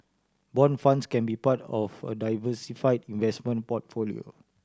bond funds can be part of a diversified investment portfolio